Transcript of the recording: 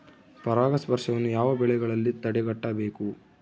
ಪರಾಗಸ್ಪರ್ಶವನ್ನು ಯಾವ ಬೆಳೆಗಳಲ್ಲಿ ತಡೆಗಟ್ಟಬೇಕು?